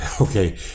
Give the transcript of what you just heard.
Okay